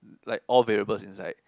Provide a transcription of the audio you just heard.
like all variables inside